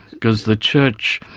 because the church,